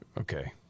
Okay